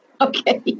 Okay